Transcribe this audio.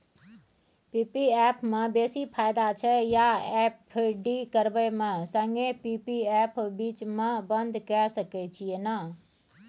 P P F म बेसी फायदा छै या एफ.डी करबै म संगे पी.पी एफ बीच म बन्द के सके छियै न?